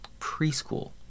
Preschool